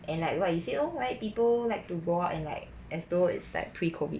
and like what you said lor why people like to go out and like as though is like pre COVID